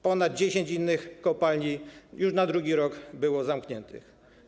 Ponad 10 innych kopalni już w drugim roku było zamkniętych.